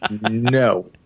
No